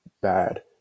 bad